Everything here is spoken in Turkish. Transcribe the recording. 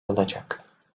olacak